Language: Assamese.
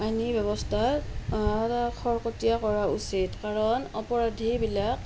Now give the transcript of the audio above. আইনী ব্যৱস্থা খৰতকীয়া কৰা উচিত কাৰণ অপৰাধী বিলাক